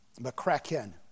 McCracken